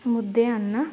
ಮುದ್ದೆ ಅನ್ನ